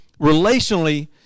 relationally